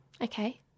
Okay